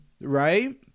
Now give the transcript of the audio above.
right